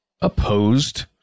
opposed